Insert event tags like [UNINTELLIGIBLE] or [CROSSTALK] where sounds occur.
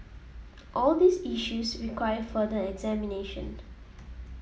all these issues require further examination [UNINTELLIGIBLE]